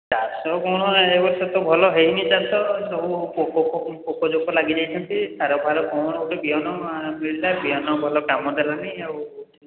ଚାଷ କ'ଣ ଏ ବର୍ଷ ତ ଭଲ ହେଇନି ଚାଷ ସବୁ ପୋକ ଫୋକ ପୋକ ଜୋକ ଲାଗି ଯାଇଛନ୍ତି ସାର ଫାର କ'ଣ ଗୋଟେ ବିହନ ମିଳିଲା ବିହନ ଭଲ କାମ ଦେଲାନି ଆଉ ହେଲାନି ଆଉ